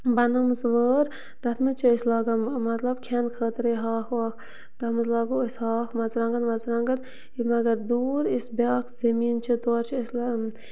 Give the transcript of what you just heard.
بَنٲومٕژ وٲر تَتھ مَنٛز چھِ أسۍ لاگان مطلب کھٮ۪نہٕ خٲطرے ہاکھ واکھ تَتھ مَنٛز لاگو أسۍ ہاکھ مَرژٕوانٛگَن وَرژٕوانٛگَن یہِ مگر دوٗر یُس بیاکھ زٔمیٖن چھِ تورٕ چھِ أسۍ لہ